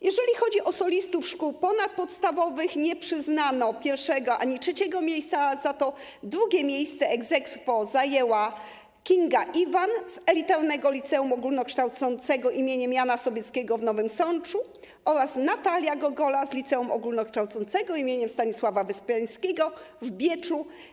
Jeżeli chodzi o solistów ze szkół ponadpodstawowych, nie przyznano pierwszego ani trzeciego miejsca, za to drugie miejsce ex aequo zajęły Kinga Iwan z Elitarnego Liceum Ogólnokształcącego im. Jana Sobieskiego w Nowym Sączu oraz Natalia Gogola z Liceum Ogólnokształcącego im. Stanisława Wyspiańskiego w Bieczu.